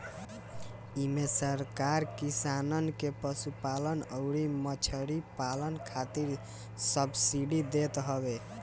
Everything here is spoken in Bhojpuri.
इमे सरकार किसानन के पशुपालन अउरी मछरी पालन खातिर सब्सिडी देत हवे